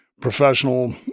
professional